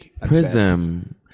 Prism